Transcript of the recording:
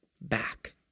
back